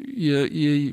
jie jie į